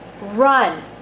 run